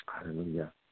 Hallelujah